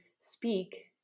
speak